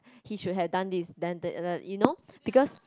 he should have done this done that uh you know because